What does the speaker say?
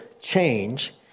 change